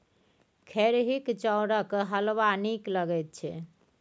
खेरहीक चाउरक हलवा नीक लगैत छै